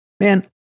Man